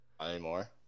Anymore